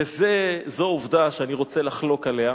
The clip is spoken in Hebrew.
וזו עובדה שאני רוצה לחלוק עליה.